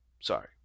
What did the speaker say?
sorry